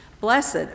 Blessed